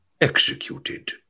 executed